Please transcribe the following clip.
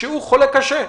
שהוא חולה קשה?